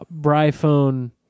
Bryphone